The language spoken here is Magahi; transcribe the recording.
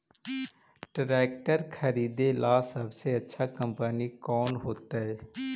ट्रैक्टर खरीदेला सबसे अच्छा कंपनी कौन होतई?